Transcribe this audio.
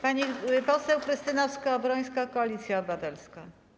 Pani poseł Krystyna Skowrońska, Koalicja Obywatelska.